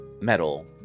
metal